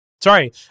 Sorry